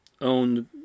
owned